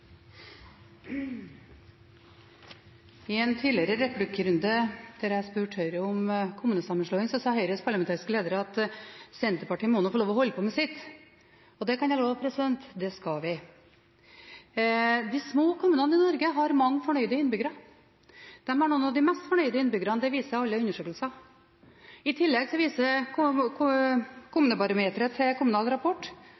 I en tidligere replikkrunde der jeg spurte Høyre om kommunesammenslåing, sa Høyres parlamentariske leder at Senterpartiet må få lov til å holde på med sitt. Det kan jeg love – det skal vi. De små kommunene i Norge har mange fornøyde innbyggere. De har noen av de mest fornøyde innbyggerne – det viser alle undersøkelser. I tillegg viser Kommunebarometeret til Kommunal Rapport